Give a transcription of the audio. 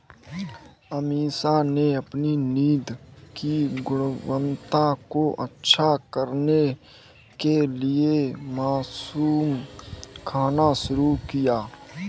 अमीषा ने अपनी नींद की गुणवत्ता को अच्छा करने के लिए मशरूम खाना शुरू किया